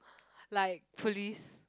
like police